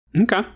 Okay